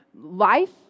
life